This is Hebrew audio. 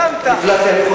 סליחה, נפלט לי.